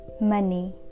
money